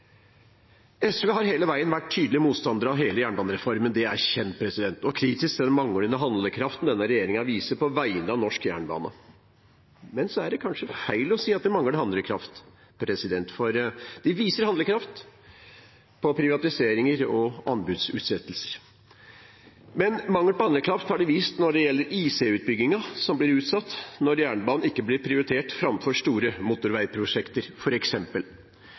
SV har hele veien vært tydelig motstander av hele jernbanereformen – det er kjent – og kritisk til den manglende handlekraften denne regjeringen viser på vegne av norsk jernbane. Så er det kanskje feil å si at de mangler handlekraft, for de viser handlekraft i forbindelse med privatiseringer og anbudsutsettelser. Men mangel på handlekraft har de vist når det gjelder IC-utbyggingen, som blir utsatt, når jernbanen ikke blir prioritert framfor store motorveiprosjekter,